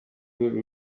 rwego